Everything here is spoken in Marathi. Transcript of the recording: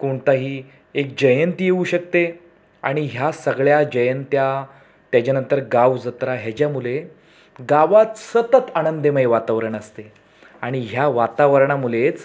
कोणताही एक जयंती येऊ शकते आणि ह्या सगळ्या जयंत्या त्याच्यानंतर गाव जत्रा ह्याच्यामुळे गावात सतत आनंदमय वातावरण असते आणि ह्या वातावरणामुळेच